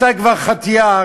אתה כבר חטיאר,